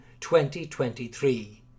2023